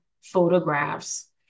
photographs